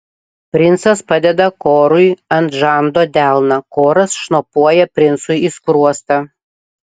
princas padeda korui ant žando delną koras šnopuoja princui į skruostą